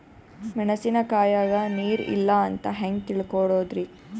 ಮೆಣಸಿನಕಾಯಗ ನೀರ್ ಇಲ್ಲ ಅಂತ ಹೆಂಗ್ ತಿಳಕೋಳದರಿ?